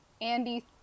Andy